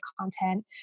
content